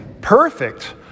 perfect